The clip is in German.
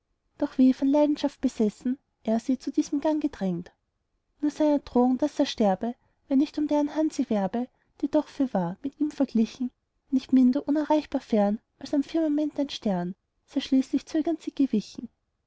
doch wie von leidenschaft besessen er sie zu diesem gang gedrängt nur seiner drohung daß er sterbe wenn nicht um deren hand sie werbe die doch fürwahr mit ihm verglichen nicht minder unerreichbar fern als an dem firmament ein stern sei schließlich zögernd sie gewichen